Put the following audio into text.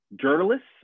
journalists